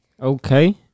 Okay